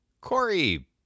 Corey